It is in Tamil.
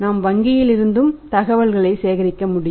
நாம் வங்கியிலிருந்தும் தகவல்களை சேகரிக்க முடியும்